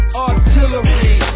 artillery